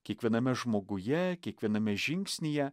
kiekviename žmoguje kiekviename žingsnyje